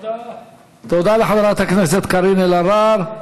תודה לחברת הכנסת קארין אלהרר.